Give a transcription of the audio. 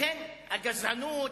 לכן הגזענות,